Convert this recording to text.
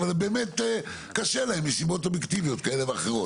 אבל באמת שקשה להם מסיבות אובייקטיביות כאלה ואחרות.